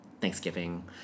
Thanksgiving